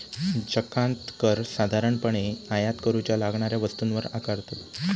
जकांत कर साधारणपणे आयात करूच्या लागणाऱ्या वस्तूंवर आकारतत